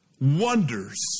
wonders